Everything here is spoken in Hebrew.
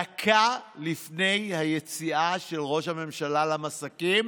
דקה לפני היציאה של ראש הממשלה למסכים